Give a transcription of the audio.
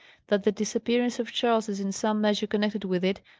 that the disappearance of charles is in some measure connected with it,